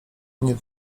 nie